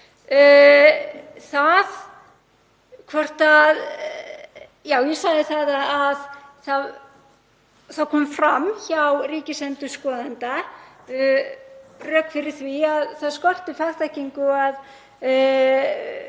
það komu fram hjá ríkisendurskoðanda rök fyrir því að það skorti fagþekkingu og